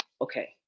Okay